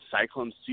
cyclone